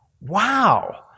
Wow